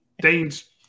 Dane's